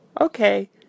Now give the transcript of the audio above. Okay